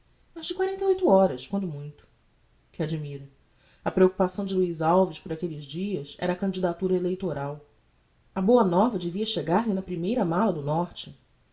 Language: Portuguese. mas de quarenta e oito horas quando muito que admira a preocupação de luiz alves por aquelles dias era a candidatura eleitoral a boa nova devia chegar lhe na primeira mala do norte